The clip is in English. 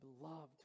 beloved